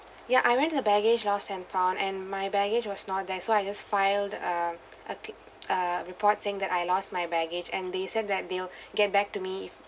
ya I went to the baggage lost and found and my baggage was not there so I just filed a a c~ a report saying that I lost my baggage and they said that they'll get back to me